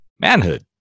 manhood